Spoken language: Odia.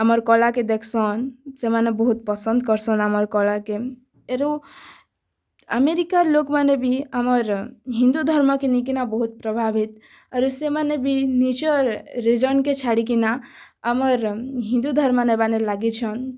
ଆମର କଳାକେ ଦେଖସନ୍ ସେମାନେ ବହୁତ ପସନ୍ଦ କରସନ୍ ଆମର୍ କଳାକେ ଏରୁ ଆମେରିକାର ଲୋକମାନେ ବି ଆମର୍ ହିନ୍ଦୁ ଧର୍ମକେ ନେଇକିନା ବହୁତ୍ ପ୍ରଭାବିତ ଆରି ସେମାନେ ବି ନିଜର ରିଯନ୍ କେ ଛାଡ଼ିକିନା ଆମର୍ ହିନ୍ଦୁ ଧର୍ମ ନେବାନେ ଲାଗିଛନ୍